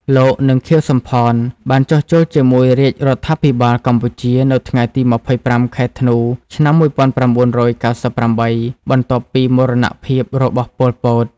លោក និង ខៀវ សំផន បានចុះចូលជាមួយរាជរដ្ឋាភិបាលកម្ពុជា នៅថ្ងៃទី២៥ ខែធ្នូ ឆ្នាំ១៩៩៨ បន្ទាប់ពីមរណភាពរបស់ ប៉ុល ពត។